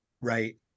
right